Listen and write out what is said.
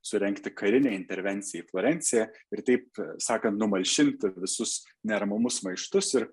surengti karinę intervenciją į florenciją ir taip sakant numalšinti visus neramumus maištus ir